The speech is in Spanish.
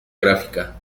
gráfica